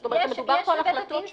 זאת אומרת: מדובר פה על החלטות שלו.